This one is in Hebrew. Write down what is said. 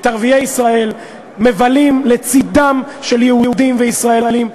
את ערביי ישראל מבלים לצדם של יהודים וישראלים,